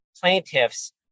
plaintiffs